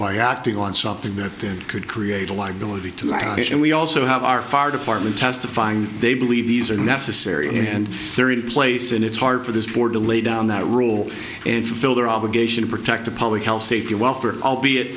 by acting on something that they could create a liability to and we also have our fire department testifying they believe these are necessary and they're in place and it's hard for this board to lay down that rule and fulfill their obligation to protect the public health safety welfare albeit